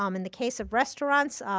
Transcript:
um in the case of restaurants,